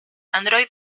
android